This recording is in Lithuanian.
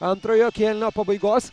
antrojo kėlinio pabaigos